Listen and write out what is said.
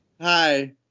hi